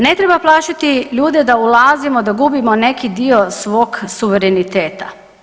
Ne treba plašiti ljude da ulazimo, da gubimo neki dio svog suvereniteta.